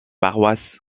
paroisse